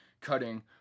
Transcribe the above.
cutting